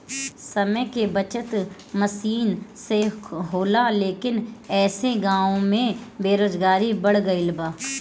समय के बचत मसीन से होला लेकिन ऐसे गाँव में बेरोजगारी बढ़ गइल बा